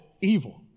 evil